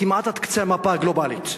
כמעט עד קצה המפה הגלובלית,